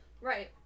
Right